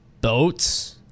Boats